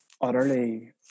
utterly